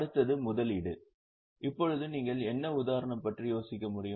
அடுத்தது முதலீடு இப்போது நீங்கள் என்ன உதாரணம் பற்றி யோசிக்க முடியும்